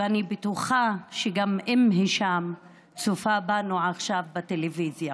ואני בטוחה שגם אום הישאם צופה בנו עכשיו בטלוויזיה.